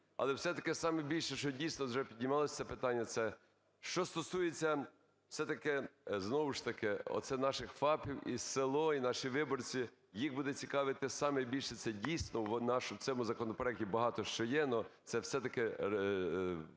Але все-таки саме більше, що, дійсно, вже піднімалося це питання, це, що стосується все-таки знову ж таки оце наших ФАПів і село, і наших виборців їх буде цікавити саме більше це, дійсно (у цьому законопроекті багато що є), но це все-таки,